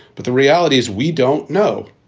but the reality is we don't know.